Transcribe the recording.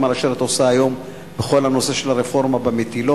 גם על אשר את עושה היום בכל הנושא של הרפורמה במטילות.